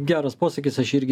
geras posakis aš irgi